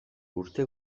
urte